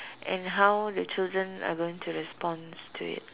and how the children are going to response to it